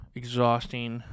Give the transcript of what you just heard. exhausting